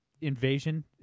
invasion